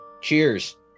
cheers